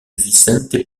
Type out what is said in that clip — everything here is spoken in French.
vicente